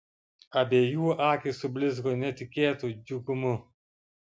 abiejų akys sublizgo netikėtu džiugumu